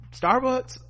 Starbucks